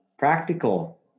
practical